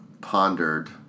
pondered